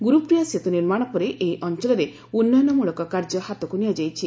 ଗୁରୁପ୍ରିୟା ସେତୁ ନିର୍ମାଣ ପରେ ଏହି ଅଞ୍ଚଳରେ ଉନ୍ନୟନମଳକ କାର୍ଯ୍ୟ ହାତକୁ ନିଆଯାଇଛି